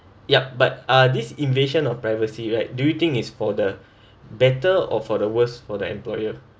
yup but uh this invasion of privacy right do you think is for the better or for the worse for the employer